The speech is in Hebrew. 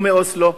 או מאוסלו?